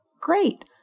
Great